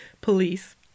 Police